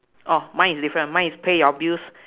orh mine is different mine is pay your bills